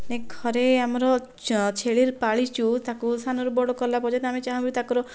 ନାଇଁ ଘରେ ଆମର ଛେଳି ପାଳିଛୁ ତାକୁ ସାନରୁ ବଡ଼ କଲା ପର୍ଯ୍ୟନ୍ତ ଆମେ ଚାହୁଁ କି ତା'ର